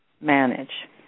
manage